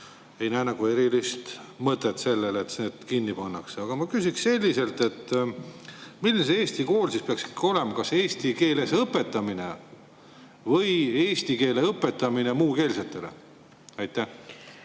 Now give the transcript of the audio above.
Ei näe erilist mõtet sellel, et need kinni pannakse. Aga ma küsiksin selliselt, et milline see eesti kool siis peaks ikkagi olema: kas eesti keeles õpetamine või eesti keele õpetamine muukeelsetele? Aitäh,